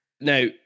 Now